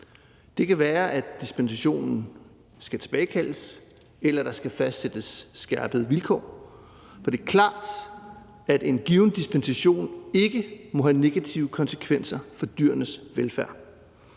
Det kan være, at dispensationen skal tilbagekaldes, eller at der skal fastsættes skærpede vilkår. For det er klart, at en given dispensation ikke må have negative konsekvenser for dyrenes velfærd.